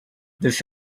this